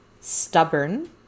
stubborn